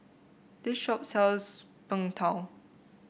this shop sells Png Tao